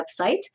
website